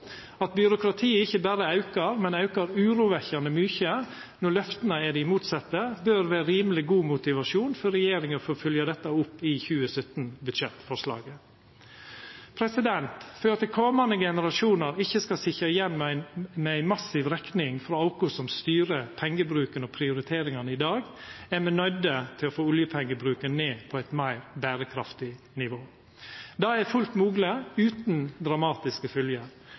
At byråkratiet ikkje berre aukar, men aukar urovekkjande mykje når løfta er dei motsette, bør vera rimeleg god motivasjon for regjeringa til å fylgja dette opp i 2017-budsjettforslaget. For at komande generasjonar ikkje skal sitja igjen med ei massiv rekning frå oss som styrer pengebruken og prioriteringane i dag, er me nøydde til å få oljepengebruken ned på eit meir berekraftig nivå. Det er fullt mogleg utan dramatiske fylgjer,